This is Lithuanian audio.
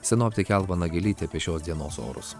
sinoptikė alva nagelytė apie šios dienos orus